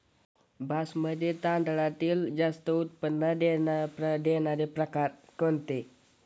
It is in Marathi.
बासमती तांदळातील जास्त उत्पन्न देणारा प्रकार कोणता?